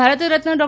Bharat Ratna Dr